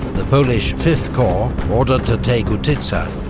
the polish fifth corps, ordered to take utitsa,